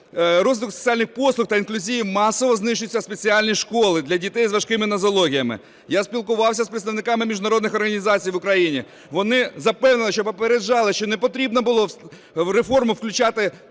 розвитку соціальних послуг та інклюзії, масово знищуються спеціальні школи для дітей з важкими нозологіями. Я спілкувався з представниками міжнародних організацій в Україні, вони запевнили, що попереджали, що не потрібно було в реформу включати